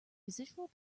residual